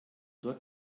dort